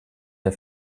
der